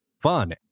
fun